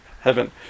Heaven